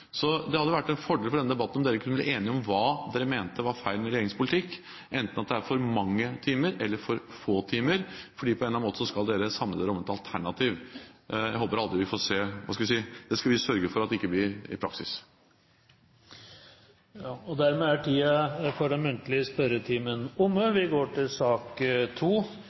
Så det hadde vært en fordel for denne debatten om dere kunne bli enige om hva dere mener er feil med regjeringens politikk, enten at det er for mange timer eller for få timer, for på en eller annen måte skal dere samle dere om et alternativ. Jeg håper vi aldri får se det – det skal vi sørge for ikke blir praksis. Dermed er den muntlige spørretimen omme. Det blir en rekke endringer i den oppsatte spørsmålslisten, og presidenten viser i den sammenheng til